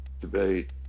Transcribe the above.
debate